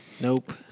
Nope